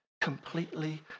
completely